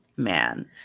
man